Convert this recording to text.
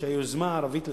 היוזמה הערבית לשלום.